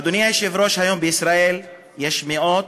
אדוני היושב-ראש, היום בישראל יש מאות,